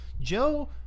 Joe